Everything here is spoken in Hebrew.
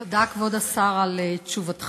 תודה, כבוד השר, על תשובתך.